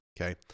okay